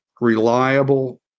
reliable